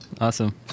Awesome